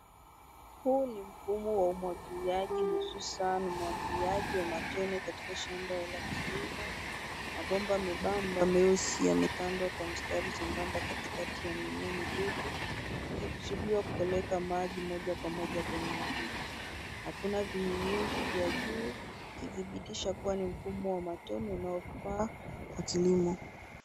Huu ni mfumo wa umwagiliaji, hususan umwagiliaji wa matone katika shamba la kilimo. Mabomba membamba meusi yametandwa kwa mstari sambamba katikati ya mimea midogo, yakikusudiwa kupeleka maji moja kwa moja kwenye mizizi. Hakuna vinyunyizi vya juu, ukidhibitisha kuwa ni mfumo wa matone unaofaa kwa kilimo.